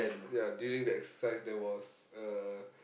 ya during the exercise there was a